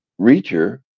reacher